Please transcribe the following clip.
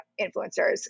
influencers